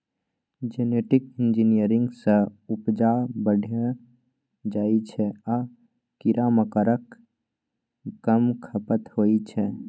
genetic engineering सँ उपजा बढ़ि जाइ छै आ कीरामारक कम खपत होइ छै